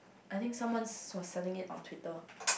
I think someones was selling it on Twitter